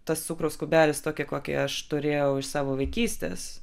tas cukraus kubelis tokį kokį aš turėjau iš savo vaikystės